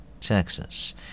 Texas